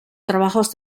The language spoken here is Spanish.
trabajos